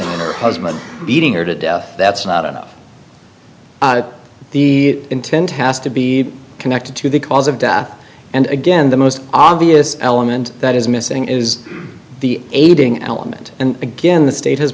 g her husband beating her to death that's not enough the intent has to be connected to the cause of death and again the most obvious element that is missing is the aiding element and again the state has